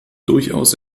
durchaus